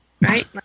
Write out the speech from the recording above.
Right